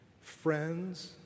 friends